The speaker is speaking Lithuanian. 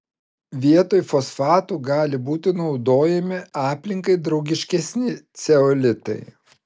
vietoj fosfatų gali būti naudojami aplinkai draugiškesni ceolitai